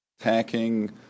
attacking